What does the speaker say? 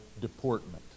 deportment